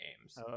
games